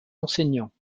enseignants